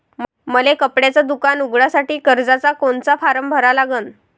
मले कपड्याच दुकान उघडासाठी कर्जाचा कोनचा फारम भरा लागन?